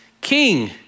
king